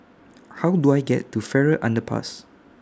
How Do I get to Farrer Underpass